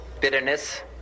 bitterness